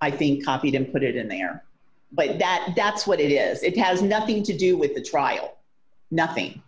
i think copied and put it in there but that that's what it is it has nothing to do with the trial nothing